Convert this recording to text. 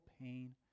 pain